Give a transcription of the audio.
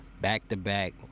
back-to-back